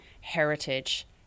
heritage